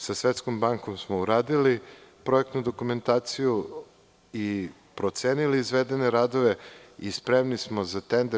Sa Svetskom bankom smo uradili projektnu dokumentaciju i procenili izvedene radove i spremni smo za tender.